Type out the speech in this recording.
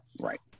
right